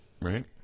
right